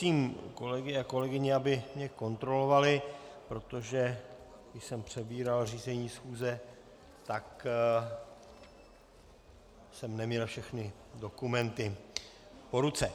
Prosím, kolegy a kolegyně, aby mě kontrolovali, protože když jsem přebíral řízení schůze, tak jsem neměl všechny dokumenty po ruce.